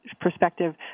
perspective